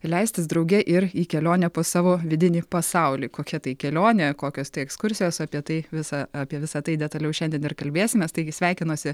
leistis drauge ir į kelionę po savo vidinį pasaulį kokia tai kelionė kokios tai ekskursijos apie tai visa apie visa tai detaliau šiandien ir kalbėsimės taigi sveikinuosi